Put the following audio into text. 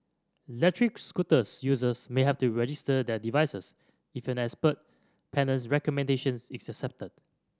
electric scooters users may have to register their devices if an expert panel's recommendations is accepted